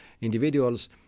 individuals